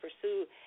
pursue